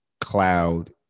cloud